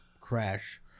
crash